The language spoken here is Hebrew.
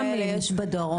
כמה כאלה יש בדרום?